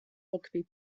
rugby